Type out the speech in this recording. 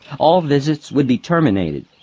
all visits would be terminated.